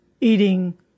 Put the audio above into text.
eating